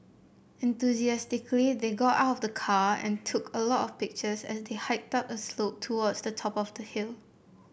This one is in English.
enthusiastically they got out of the car and took a lot of pictures as they hiked up a gentle slope towards the top of the hill